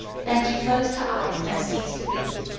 then she closed her eyes and ceased to breathe.